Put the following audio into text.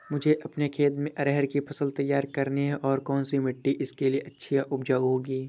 मुझे अपने खेत में अरहर की फसल तैयार करनी है और कौन सी मिट्टी इसके लिए अच्छी व उपजाऊ होगी?